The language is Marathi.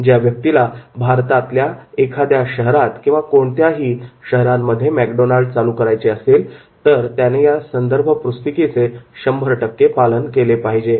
ज्या व्यक्तीला भारतामधल्या एखाद्या शहरात किंवा इतर कोणत्याही शहरांमध्ये मॅकडोनाल्ड चालू करायचे असेल तर त्याने या संदर्भ पुस्तिकेचे 100 पालन केले पाहिजे